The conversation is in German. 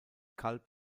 kalb